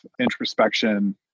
introspection